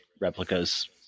replicas